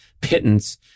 pittance